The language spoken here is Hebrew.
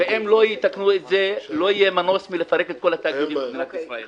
ואם הם לא יתקנו את זה לא יהיה מנוס מפירוק כל התאגידים במדינת ישראל.